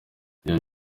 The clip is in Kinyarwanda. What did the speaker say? ibyo